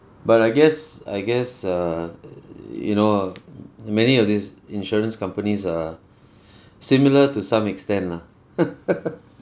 but I guess I guess err you know uh many of these insurance companies are similar to some extent lah